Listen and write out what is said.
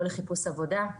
או לחיפוש עבודה.